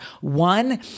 one